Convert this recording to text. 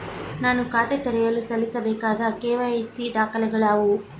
ನಾನು ಖಾತೆ ತೆರೆಯಲು ಸಲ್ಲಿಸಬೇಕಾದ ಕೆ.ವೈ.ಸಿ ದಾಖಲೆಗಳಾವವು?